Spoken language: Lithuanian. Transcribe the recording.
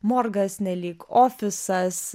morgas nelyg ofisas